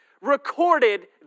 recorded